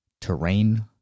terrain